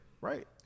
Right